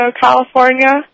California